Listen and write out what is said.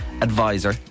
advisor